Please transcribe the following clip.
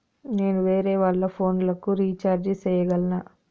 నేను వేరేవాళ్ల ఫోను లకు రీచార్జి సేయగలనా?